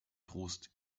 trost